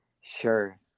sure